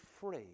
free